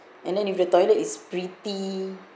and then if the toilet is pretty